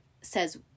says